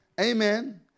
Amen